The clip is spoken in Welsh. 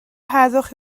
heddwch